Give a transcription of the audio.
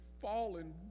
fallen